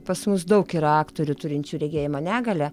pas mus daug yra aktorių turinčių regėjimo negalią